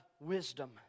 wisdom